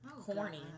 Corny